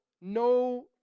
no